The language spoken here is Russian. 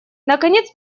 наконец